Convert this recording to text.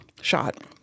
shot